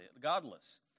godless